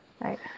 Right